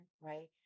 right